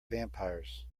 vampires